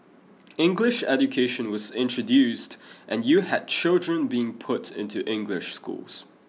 English education was introduced and you had children being put into English schools